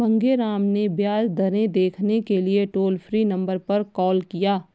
मांगेराम ने ब्याज दरें देखने के लिए टोल फ्री नंबर पर कॉल किया